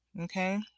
Okay